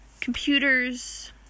computers